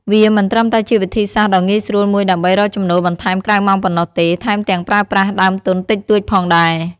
វាមិនត្រឹមតែជាវិធីសាស្ត្រដ៏ងាយស្រួលមួយដើម្បីរកចំណូលបន្ថែមក្រៅម៉ោងប៉ុណ្ណោះទេ ថែមទាំងប្រើប្រាស់ដើមទុនតិចតួចផងដែរ។